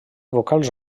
vocals